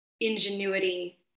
ingenuity